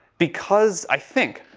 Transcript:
because, i think,